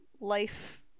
life